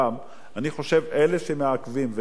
אני חושב שאלה שמעכבים ואלה שעושים,